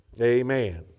Amen